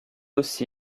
aussi